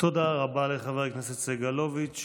תודה רבה לחבר הכנסת סגלוביץ'.